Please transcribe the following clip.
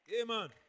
Amen